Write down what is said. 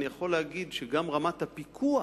אני יכול להגיד שגם רמת הפיקוח,